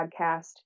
podcast